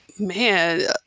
man